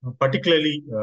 Particularly